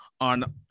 on